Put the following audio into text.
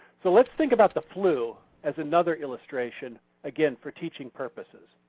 so let's think about the flu as another illustration again for teaching purposes.